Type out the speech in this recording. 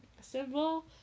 symbol